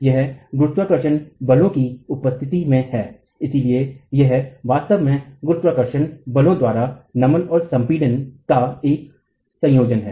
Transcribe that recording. यह गुरुत्वाकर्षण बलों की उपस्थितिमें है इसलिए यह वास्तव में गुरुत्वाकर्षण बलों द्वारा नमन और संपीड़न का एक संयोजन है